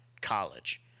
college